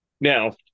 now